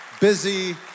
busy